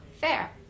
fair